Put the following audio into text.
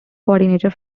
coordinator